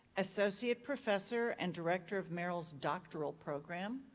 associate professor and director of merrill's doctoral program,